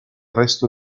resto